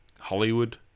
Hollywood